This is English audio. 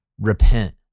Repent